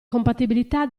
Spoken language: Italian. compatibilità